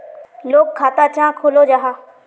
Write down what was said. लोग खाता चाँ खोलो जाहा?